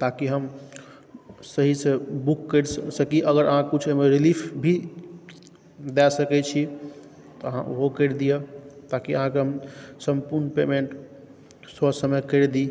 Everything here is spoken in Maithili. ताकि हम सहीसँ बुक करि सकी अगर अहाँ किछु एहिमे रिलीफ भी दऽ सकै छी तऽ अहाँ ओहो करि दिअ ताकि अहाँके हम सम्पूर्ण पेमेन्ट ससमय करि दी